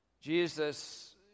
Jesus